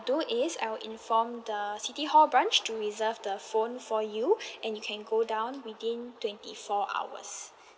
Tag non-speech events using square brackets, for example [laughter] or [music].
do is I will inform the city hall branch to reserve the phone for you [breath] and you can go down within twenty four hours